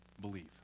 believe